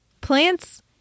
Plants